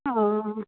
অঁ